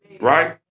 right